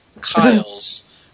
Kyle's